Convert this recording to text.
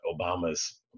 Obama's